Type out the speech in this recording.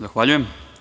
Zahvaljujem.